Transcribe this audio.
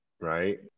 Right